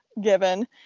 given